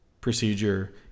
procedure